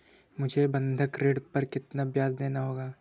मुझे बंधक ऋण पर कितना ब्याज़ देना होगा?